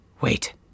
Wait